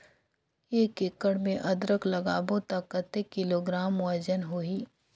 एक एकड़ मे अदरक लगाबो त कतेक किलोग्राम वजन होही?